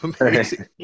amazing